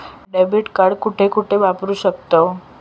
Debit card कुठे कुठे वापरू शकतव?